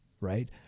right